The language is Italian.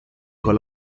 con